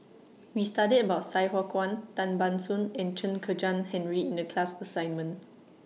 We studied about Sai Hua Kuan Tan Ban Soon and Chen Kezhan Henri in The class assignment